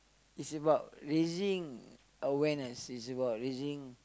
is about raising awareness is about raising